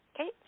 Okay